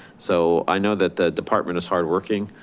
so i know that the department is hard working.